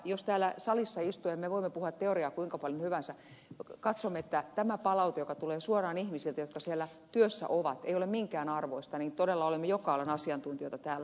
jos täällä salissa istujat me voimme puhua teoriaa kuinka paljon hyvänsä katsomme että tämä palaute joka tulee suoraan ihmisiltä jotka siellä työssä ovat ei ole minkään arvoista niin todella olemme joka alan asiantuntijoita täällä